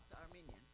armenian